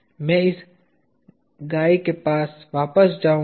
मैं इस गाई के पास वापस जाऊंगा